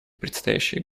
предстоящие